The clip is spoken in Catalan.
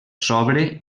sobre